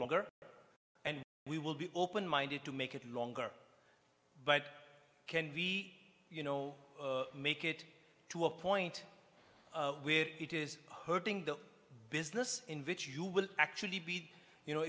longer and we will be open minded to make it longer but can we you know make it to a point where it is hurting the business in vitro you will actually be you know